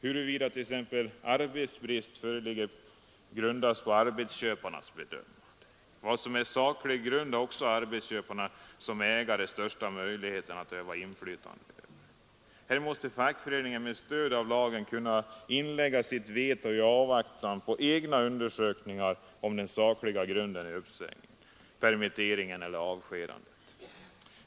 Huruvida arbetsbrist föreligger grundas på arbetsköparnas bedömande. Vad som är ”saklig grund” har också arbetsköparen som ägare största möjligheten att öva inflytande över. Här måste fackföreningen med stöd av lagen kunna inlägga sitt veto i avvaktan på egna undersökningar om den ”sakliga grunden” i uppsägning, permittering eller avskedande.